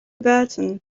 burton